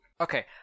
Okay